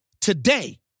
today